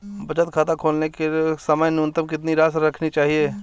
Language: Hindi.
बचत खाता खोलते समय न्यूनतम कितनी राशि रखनी चाहिए?